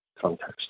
context